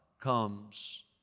comes